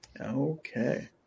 Okay